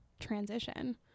transition